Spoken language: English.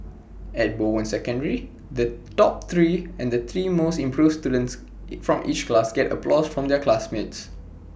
at Bowen secondary the top three and the three most improved students from each class got applause from their classmates